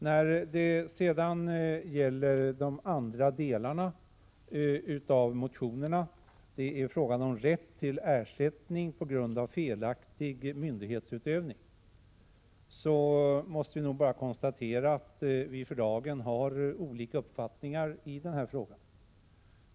När det sedan gäller de andra delarna av motionerna — det är frågan om rätt till ersättning på grund av felaktig myndighetsutövning — måste jag nog bara konstatera att vi för dagen har olika uppfattningar i den frågan.